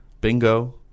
bingo